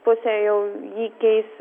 pusėje jau jį keis